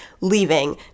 leaving